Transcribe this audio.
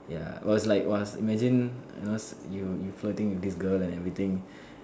ya I was like !wah! imagine you know you you flirting with this girl and everything